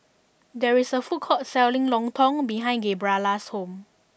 there is a food court selling Lontong behind Gabriella's house